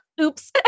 oops